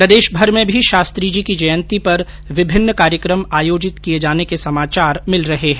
प्रदेशभर में भी शास्त्रीजी की जयंती पर विभिन्न कार्यक्रम आयोजित किये जाने के समाचार मिल रहे है